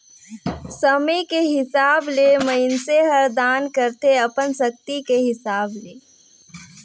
समे के हिसाब ले मइनसे हर दान करथे अपन सक्ति के हिसाब ले